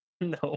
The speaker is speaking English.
no